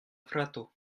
frato